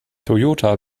toyota